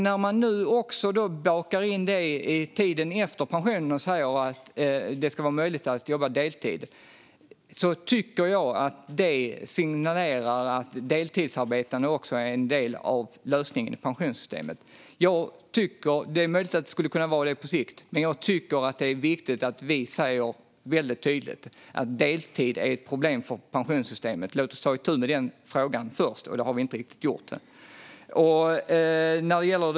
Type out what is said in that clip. Nu bakar man in det i tiden efter pensionen och säger att det ska vara möjligt att jobba deltid, och jag tycker att det signalerar att deltidsarbetande är en del av lösningen i pensionssystemet. Det är möjligt att det skulle kunna vara det på sikt, men enligt mig är det viktigt att vi tydligt säger att deltid är ett problem för pensionssystemet. Låt oss ta itu med denna fråga först, för det har vi ännu inte riktigt gjort.